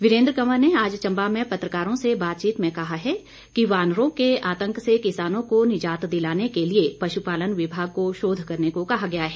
वीरेन्द्र कंवर ने आज चंबा में पत्रकारों से बातचीत में कहा है कि वानरों के आतंक से किसानों को निजात दिलाने के लिए पशुपालन विभाग को शोध करने को कहा गया है